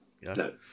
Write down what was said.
No